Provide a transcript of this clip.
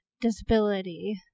disability